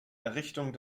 errichtung